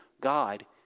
God